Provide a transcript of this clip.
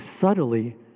subtly